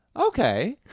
Okay